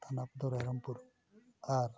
ᱛᱷᱟᱱᱟ ᱫᱚ ᱨᱟᱭᱨᱚᱢᱯᱩᱨ ᱟᱨ